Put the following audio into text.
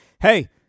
hey